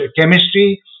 chemistry